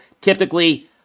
typically